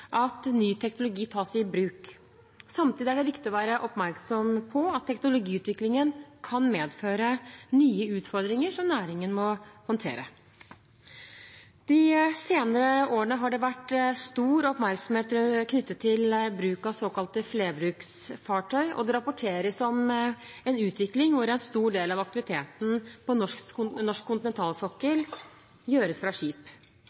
at ny teknologi tas i bruk. Samtidig er det viktig å være oppmerksom på at teknologiutviklingen kan medføre nye utfordringer som næringen må håndtere. De senere årene har det vært stor oppmerksomhet knyttet til bruk av såkalte flerbruksfartøy, og det rapporteres om en utvikling hvor en stor del av aktiviteten på norsk kontinentalsokkel gjøres fra skip.